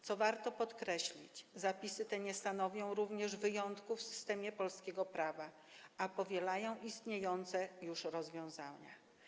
Co warto podkreślić, zapisy te nie stanowią również wyjątku w systemie polskiego prawa, ale powielają istniejące już rozwiązania.